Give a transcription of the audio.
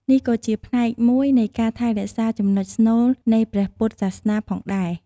នេះក៏ជាផ្នែកមួយនៃការថែរក្សាចំណុចស្នូលនៃព្រះពុទ្ធសាសនាផងដែរ។